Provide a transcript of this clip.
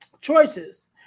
choices